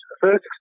first